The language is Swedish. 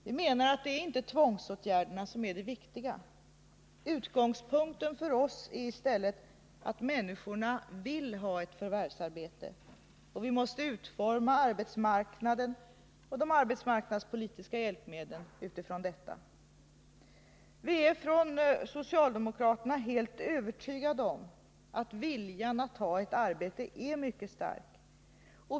Vi menar att tvångsåtgärder inte är det viktiga. Utgångspunkten för oss är i stället att människorna vill ha ett förvärvsarbete och att vi måste utforma arbetsmarknaden och de arbetsmarknadspolitiska hjälpmedlen utifrån detta. Vi socialdemokrater är helt övertygade om att viljan att få ett arbete är mycket stark.